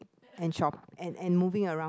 hand shop and and moving around